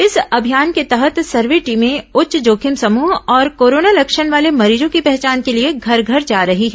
इस अभियान के तहत सर्वे टीमें उच्च जोखिम समूह और कोरोना लक्षण वाले मरीजों की पहचान के लिए घर घर जा रही हैं